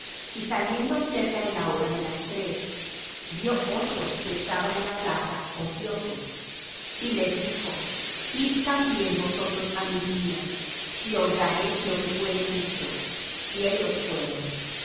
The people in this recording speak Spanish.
y saliendo cerca de la hora de las tres vió otros que estaban en la plaza ociosos y les dijo id también vosotros á mi viña y os daré lo que fuere justo y ellos fueron